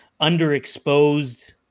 underexposed